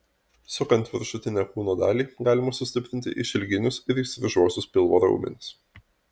sukant viršutinę kūno dalį galima sustiprinti išilginius ir įstrižuosius pilvo raumenis